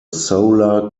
solar